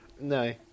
No